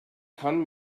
kann